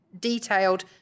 detailed